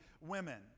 women